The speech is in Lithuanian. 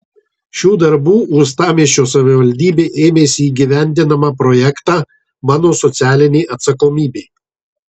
šių darbų uostamiesčio savivaldybė ėmėsi įgyvendindama projektą mano socialinė atsakomybė